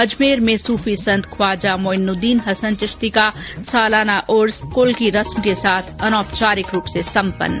अजमेर में सूफी संत ख्वाजा मोईनुद्दीन हसन चिश्ती का सालाना उर्स कुल की रस्म के साथ अनौपचारिक रूप से सम्पन्न